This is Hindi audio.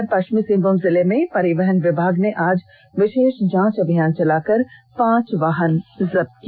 उधर पश्चिमी सिंहभूम जिले में परिवहन विभाग ने आज विशेष जांच अभियान चलाकर पांच वाहनों को जब्त किया